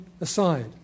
aside